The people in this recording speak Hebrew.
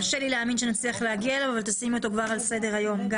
קשה לי להאמין שנצליח להגיע אליו אבל תשימי גם אותו על סדר היום.